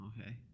Okay